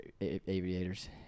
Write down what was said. aviators